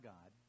God